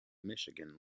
michigan